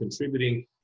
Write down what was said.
contributing